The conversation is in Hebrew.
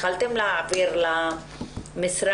התחלתם להעביר למשרד?